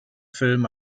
film